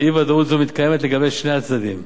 מתקיימת לגבי שני הצדדים: